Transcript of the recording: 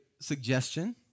suggestion